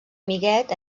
amiguet